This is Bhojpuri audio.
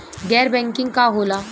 गैर बैंकिंग का होला?